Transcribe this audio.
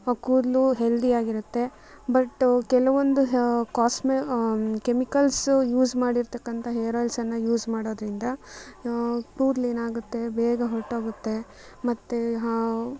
ಆ ಕೂದಲು ಹೆಲ್ದಿಯಾಗಿರತ್ತೆ ಬಟ್ ಕೆಲವೊಂದು ಹ ಕಾಸ್ಮೆ ಕೆಮಿಕಲ್ಸ್ ಯೂಸ್ ಮಾಡಿರತಕ್ಕಂಥ ಹೇರ್ ಆಯಿಲ್ಸನ್ನು ಯೂಸ್ ಮಾಡೋದ್ರಿಂದ ಕೂದ್ಲು ಏನಾಗುತ್ತೆ ಬೇಗ ಹೊರಟೋಗತ್ತೆ ಮತ್ತು